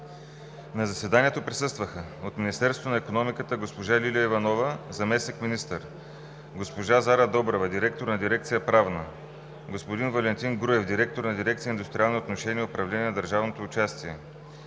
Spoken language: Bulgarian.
На заседанието присъстваха от Министерството на икономиката: госпожа Лилия Иванова – заместник-министър, госпожа Зара Добрева – директор на дирекция „Правна“, господин Валентин Груев – директор на дирекция „Индустриални отношения и управление на държавното участие“,